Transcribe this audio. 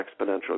exponential